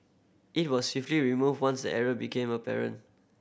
it was swiftly removed once error became apparent